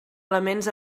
elements